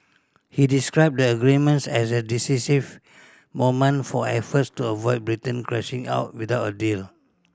he described the agreements as a decisive moment for efforts to avoid Britain crashing out without a deal